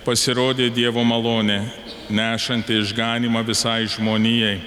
pasirodė dievo malonė nešanti išganymą visai žmonijai